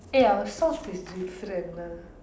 eh our socks is different ah